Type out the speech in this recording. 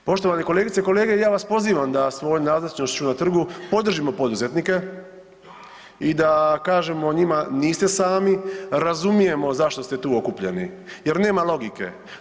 Poštovane kolegice i kolege ja vas pozivam da svojom nazočnošću na trgu podržimo poduzetnike i da kažemo njima niste sami, razumijemo zašto ste tu okupljeni jer nema logike.